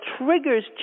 triggers